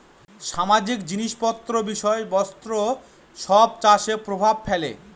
সামাজিক জিনিস পত্র বিষয় বস্তু সব চাষে প্রভাব ফেলে